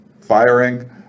firing